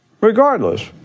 regardless